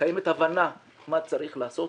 קיימת הבנה מה צריך לעשות.